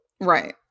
Right